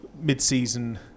mid-season